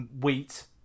wheat